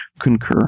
concur